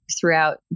throughout